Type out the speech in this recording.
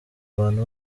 bantu